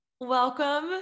Welcome